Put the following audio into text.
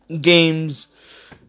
games